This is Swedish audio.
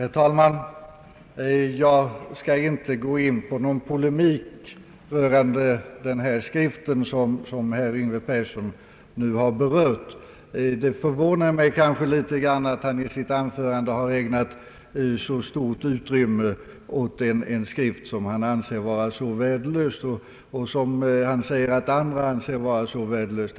Herr talman! Jag skall inte gå in på någon polemik rörande den skrift som herr Yngve Persson nu har berört. Det förvånar mig kanske litet grand att han i sitt anförande ägnat så stort utrymme åt en skrift som han anser vara så värdelös och som han säger att även andra betraktar som värdelös.